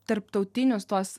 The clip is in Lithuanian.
tarptautinius tuos